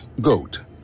GOAT